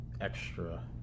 extra